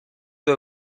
due